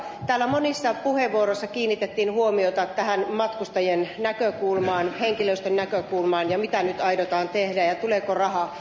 täällä monissa puheenvuoroissa kiinnitettiin huomiota matkustajien näkökulmaan henkilöstön näkökulmaan ja mitä nyt aiotaan tehdä ja tuleeko rahaa